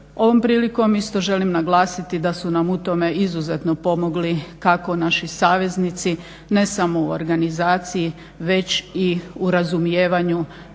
Ovom prilikom isto želim naglasiti da su nam u tome izuzetno pomogli kako naši saveznici ne samo u organizaciji već i u razumijevanju